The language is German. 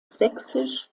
sächsisch